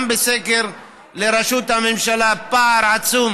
גם בסקר על ראשות הממשלה יש פער עצום